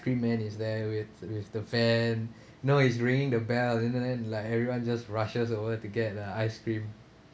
ice cream man is there with with the fan know he's ringing the bells and then uh like everyone just rushes over to get the ice cream